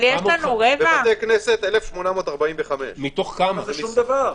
בבתי כנסת 1,845. זה שום דבר.